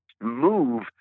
move